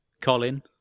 Colin